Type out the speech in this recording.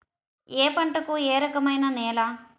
ఏ పంటకు ఏ రకమైన నేల?